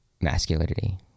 masculinity